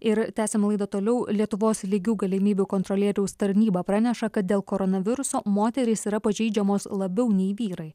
ir tęsiam laidą toliau lietuvos lygių galimybių kontrolieriaus tarnyba praneša kad dėl koronaviruso moterys yra pažeidžiamos labiau nei vyrai